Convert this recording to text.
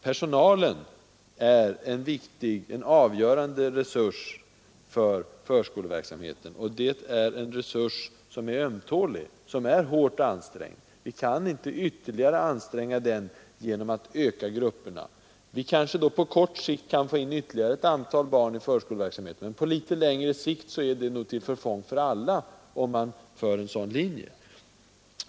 Personalen är en avgörande resurs för förskoleverksamheten, och det är en tillgång som är ömtålig och hårt ansträngd. Vi kan inte ytterligare anstränga den genom att öka gruppernas storlek. Vi kanske då på kort sikt kan få in ytterligare ett antal barn i förskoleverksamheten, men på litet längre sikt är det till förfång för alla om man går på en sådan linje.